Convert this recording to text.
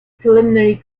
preliminary